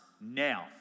now